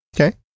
Okay